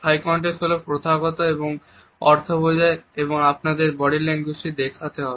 high context হল প্রথাগত এবং অর্থ বোঝায় এবং আপনাদের বডি ল্যাঙ্গুয়েজটি দেখতে হবে